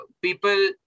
people